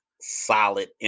solid